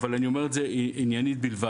אבל אני אומר את זה עניינית בלבד,